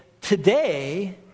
today